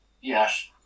Yes